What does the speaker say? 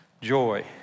joy